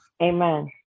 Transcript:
Amen